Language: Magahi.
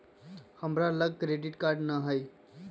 हमरा लग क्रेडिट कार्ड नऽ हइ